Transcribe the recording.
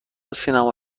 سینما